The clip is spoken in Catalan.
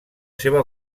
seva